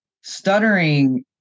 stuttering